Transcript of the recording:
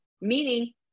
Meaning